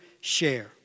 share